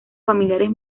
familiares